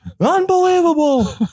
Unbelievable